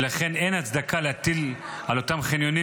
ולכן אין הצדקה להטיל על אותם חניונים